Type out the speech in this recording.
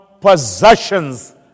possessions